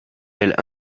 elle